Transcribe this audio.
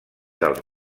dels